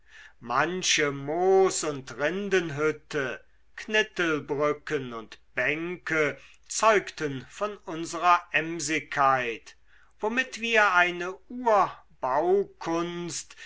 manche moos und rindenhütte knittelbrücken und bänke zeugten von unserer emsigkeit womit wir eine